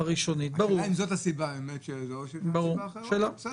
השאלה אם זאת הסיבה, או שיש סיבות אחרות.